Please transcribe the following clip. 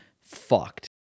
fucked